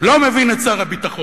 לא מבין את שר הביטחון,